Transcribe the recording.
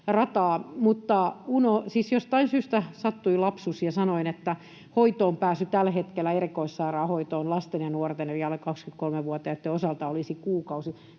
jostakin syystä sattui lapsus ja sanoin, että hoitoonpääsy tällä hetkellä erikoissairaanhoitoon lasten ja nuorten eli alle 23-vuotiaitten osalta olisi kuukausi.